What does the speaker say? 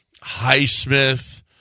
Highsmith